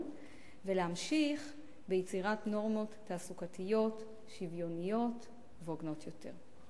ולהמשיך ביצירת נורמות תעסוקתיות שוויוניות והוגנות יותר.